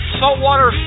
saltwater